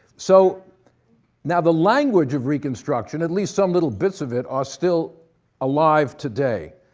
so now the language of reconstruction, at least some little bits of it, are still alive today.